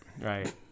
right